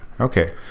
Okay